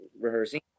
rehearsing